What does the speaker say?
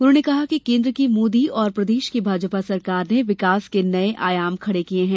उन्होंने कहा कि केन्द्र की मोदी और प्रदेश की भाजपा सरकार ने विकास के नये आयाम खड़े किये हैं